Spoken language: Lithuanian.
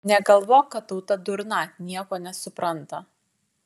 negalvok kad tauta durna nieko nesupranta